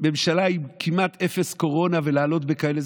ממשלה עם כמעט אפס קורונה ולעלות בכאלה,